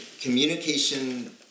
communication